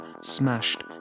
smashed